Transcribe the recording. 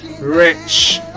Rich